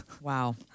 Wow